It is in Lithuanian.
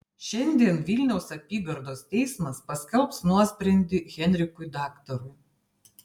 šiandien vilniaus apygardos teismas paskelbs nuosprendį henrikui daktarui